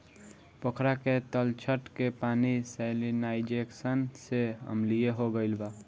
पोखरा के तलछट के पानी सैलिनाइज़ेशन से अम्लीय हो गईल बा